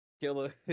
Killer